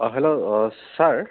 অঁ hello sir